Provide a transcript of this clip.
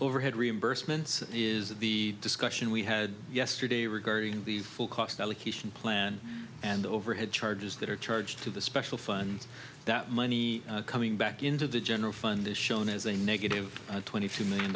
overhead reimbursements is the discussion we had yesterday regarding the full cost allocation plan and the overhead charges that are charged to the special fund that money coming back into the general fund is shown as a negative twenty two million